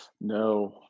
No